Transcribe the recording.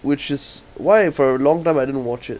which is why for a long time I didn't watch it